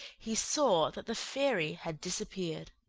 he saw that the fairy had disappeared!